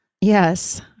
Yes